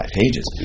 pages